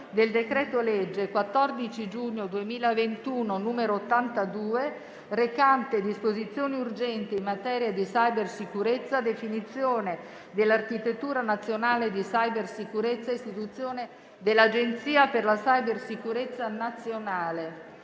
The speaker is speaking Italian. del decreto-legge 14 giugno 2021, n. 82, recante disposizioni urgenti in tema di cybersicurezza, definizione dell'architettura nazionale di cybersicurezza e istituzione dell'Agenzia per la cybersicurezza nazionale.